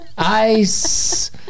ice